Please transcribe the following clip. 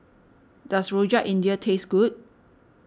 does Rojak India taste good